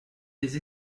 des